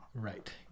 right